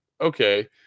okay